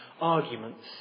arguments